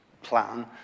plan